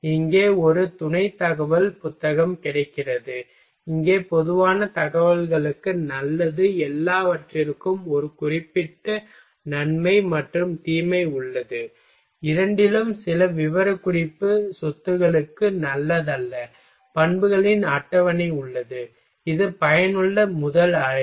இங்கே ஒரு துணைத் தகவல் புத்தகம் கிடைக்கிறது இங்கே பொதுவான தகவல்களுக்கு நல்லது எல்லாவற்றிற்கும் ஒரு குறிப்பிட்ட நன்மை மற்றும் தீமை உள்ளது இரண்டிலும் சில விவரக்குறிப்பு சொத்துக்களுக்கு நல்லதல்ல பண்புகளின் அட்டவணை உள்ளது இது பயனுள்ள முதல் அழைப்பு